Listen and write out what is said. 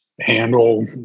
handle